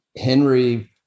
Henry